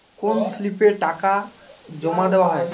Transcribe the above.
কোন স্লিপে টাকা জমাদেওয়া হয়?